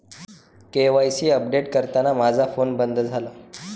KYC update करताना माझा phone बंद झाला